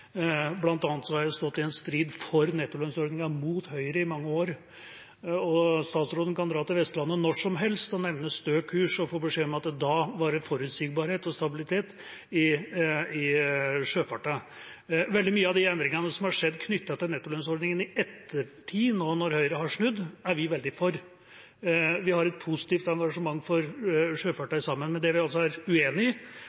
har jeg stått i en strid for nettolønnsordningen, mot Høyre, i mange år. Statsråden kan dra til Vestlandet når som helst og nevne Stø kurs og få beskjed om at da var det forutsigbarhet og stabilitet i sjøfarten. Veldig mange av de endringene som har skjedd knyttet til nettolønnsordningen i ettertid, nå når Høyre har snudd, er vi veldig for. Vi har et positivt engasjement for sjøfarten sammen. Men det vi er uenig i,